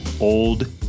old